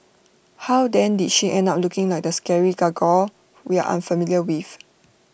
how then did she end up looking like the scary gargoyle we are unfamiliar with